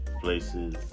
places